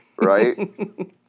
Right